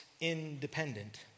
independent